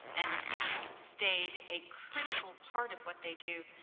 and it st-stayed a critical part of what they do,